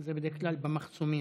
זה בדרך כלל במחסומים.